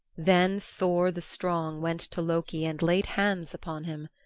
then thor the strong went to loki and laid hands upon him.